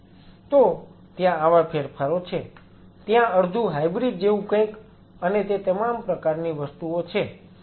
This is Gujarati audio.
તો ત્યાં આવા ફેરફારો છે ત્યાં અડધું હાઇબ્રીડ જેવું કંઈક અને તે તમામ પ્રકારની વસ્તુઓ છે